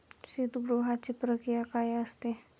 शीतगृहाची प्रक्रिया काय असते?